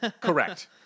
Correct